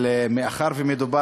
נו,